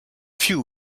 few